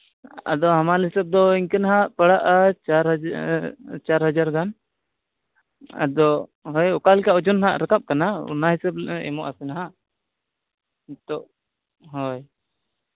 ᱟᱫᱚ ᱦᱟᱢᱟᱞ ᱦᱤᱥᱟᱹᱵᱽ ᱫᱚ ᱤᱱᱠᱟᱹ ᱱᱟᱜ ᱯᱟᱲᱟᱜᱼᱟ ᱪᱟᱨ ᱦᱟᱡᱟᱨ ᱜᱟᱱ ᱟᱫᱚ ᱦᱳᱭ ᱚᱠᱟᱞᱮᱠᱟ ᱳᱡᱳᱱ ᱦᱟᱸᱜ ᱨᱟᱠᱟᱵᱽ ᱠᱟᱱᱟ ᱚᱱᱟ ᱦᱤᱥᱟᱹᱵᱽ ᱮᱢᱚᱜᱼᱟ ᱥᱮ ᱦᱟᱸᱜ ᱛᱚ ᱦᱳᱭ